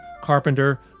carpenter